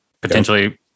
potentially